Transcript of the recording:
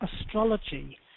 astrology